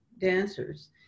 dancers